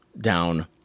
down